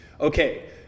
okay